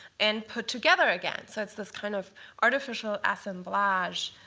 and put together again. so it's this kind of artificial assemblage